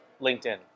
LinkedIn